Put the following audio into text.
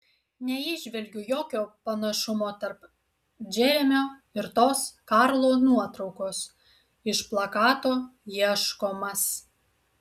neįžvelgiu jokio panašumo tarp džeremio ir tos karlo nuotraukos iš plakato ieškomas